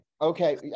Okay